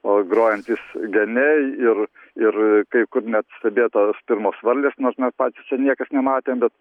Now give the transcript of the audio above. o grojantys geniai ir ir kai kur net stebėtos pirmos varlės nors mes patys čia niekas nematėm bet